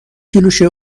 کیلوشه